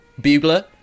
Bugler